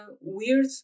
weird